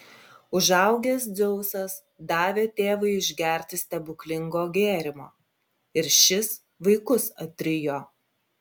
užaugęs dzeusas davė tėvui išgerti stebuklingo gėrimo ir šis vaikus atrijo